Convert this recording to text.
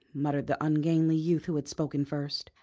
muttered the ungainly youth who had spoken first.